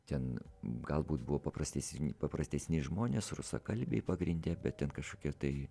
ten galbūt buvo paprastes paprastesni žmonės rusakalbiai pagrinde bet ten kažkokia tai